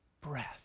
breath